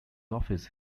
office